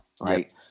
Right